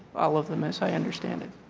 all of them, as i understand it.